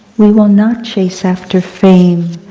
we will not chase after fame,